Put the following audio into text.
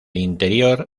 interior